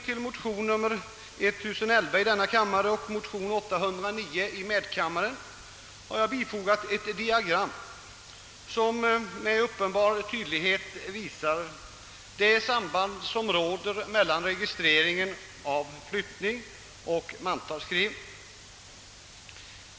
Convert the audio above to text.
Till de likalydande motionerna I: 809 och II: 1011 har fogats ett diagram som tydligt visar det samband som råder mellan registreringen av flyttning och mantalsskrivning.